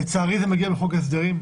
לצערי זה מגיע בחוק ההסדרים.